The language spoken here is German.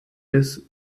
bis